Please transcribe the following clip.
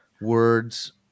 words